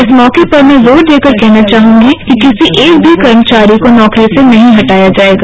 इस मौके पर मैं जोर देकर कहना चाहूंगी कि किसी एक भी कर्मचारी को नौकरी से नहीं हटाया जाएगा